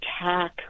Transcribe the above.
attack